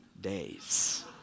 days